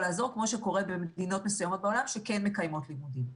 לעזור כמו שזה קורה במדינות מסוימות בעולם שכן מקיימות לימודים.